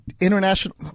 international